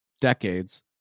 decades